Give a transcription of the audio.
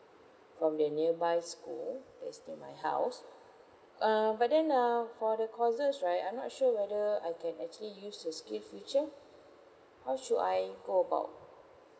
from the nearby school it's near my house uh but then uh for the courses right I'm not sure whether I can actually use the skill future how should I go about